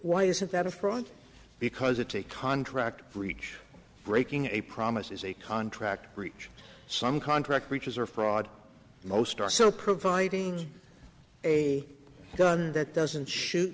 why isn't that a fraud because it's a contract breach breaking a promise is a contract reach some contract breaches or fraud most are so providing a gun that doesn't shoot